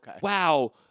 wow